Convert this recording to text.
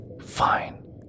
Fine